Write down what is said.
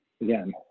again